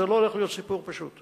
זה לא הולך להיות סיפור פשוט.